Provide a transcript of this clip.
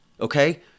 Okay